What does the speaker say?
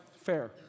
fair